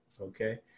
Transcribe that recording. Okay